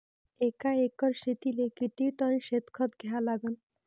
एका एकर शेतीले किती टन शेन खत द्या लागन?